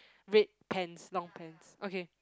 red pants long pants okay